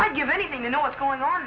i'd give anything to know what's going on